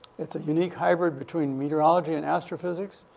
it's a unique hybrid between meteorology and astrophysics,